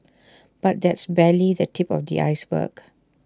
but that's barely the tip of the iceberg